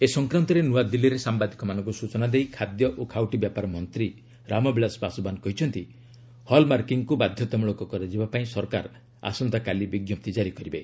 ଏ ସଂକ୍ରାନ୍ତରେ ନୂଆଦିଲ୍ଲୀରେ ସାମ୍ଭାଦିକମାନଙ୍କୁ ସୂଚନା ଦେଇ ଖାଦ୍ୟ ଓ ଖାଉଟି ବ୍ୟାପାର ମନ୍ତ୍ରୀ ରାମବିଳାଶ ପାଶୱାନ କହିଛନ୍ତି ହଲ୍ମାର୍କିଂକୁ ବାଧ୍ୟତା ମୂଳକ କରାଯିବା ପାଇଁ ସରକାର ଆସନ୍ତାକାଲି ବିଜ୍ଞପ୍ତି ଜାରି କରିବେ